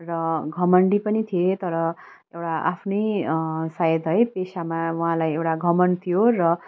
र घमण्डी पनि थिए तर एउटा आफ्नै सायद है पेसामा उहाँलाई एउटा घमण्ड थियो र